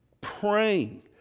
praying